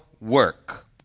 work